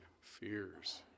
fears